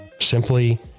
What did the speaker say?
Simply